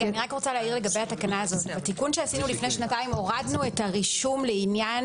לגבי התקנה הזאת בתיקון שעשינו לפני שנתיים הורדנו את הרישום לעניין